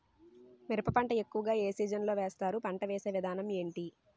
మిరప పంట ఎక్కువుగా ఏ సీజన్ లో వేస్తారు? పంట వేసే విధానం ఎంటి?